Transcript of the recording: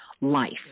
life